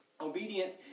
Obedience